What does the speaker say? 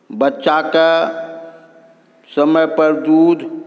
बच्चाके समयपर दूध